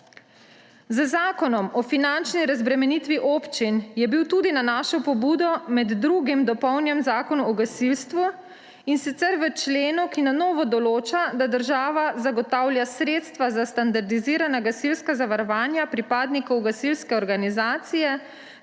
Z Zakonom o finančni razbremenitvi občin je bil tudi na našo pobudo med drugim dopolnjen Zakon o gasilstvu, in sicer v členu, ki na novo določa, da država zagotavlja sredstva za standardizirana gasilska zavarovanja pripadnikov gasilske organizacije